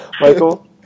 Michael